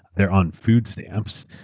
they're on food stamps.